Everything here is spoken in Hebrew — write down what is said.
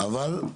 אבל,